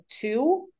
two